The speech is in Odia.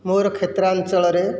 ମୋ'ର କ୍ଷେତ୍ରାଞ୍ଚଳରେ